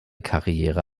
karriere